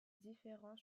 différents